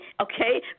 okay